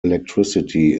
electricity